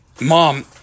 Mom